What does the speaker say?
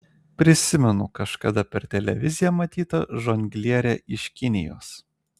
prisimenu kažkada per televiziją matytą žonglierę iš kinijos